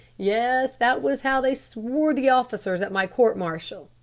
yes, that was how they swore the officers at my court martial.